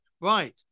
Right